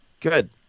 Good